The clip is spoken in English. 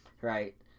right